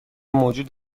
موجود